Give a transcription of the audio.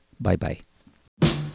Bye-bye